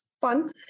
fun